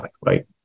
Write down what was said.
right